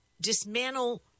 dismantle